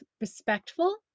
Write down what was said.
respectful